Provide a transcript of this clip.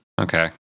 Okay